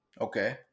Okay